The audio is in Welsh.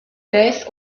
beth